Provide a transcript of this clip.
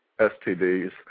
STDs